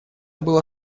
было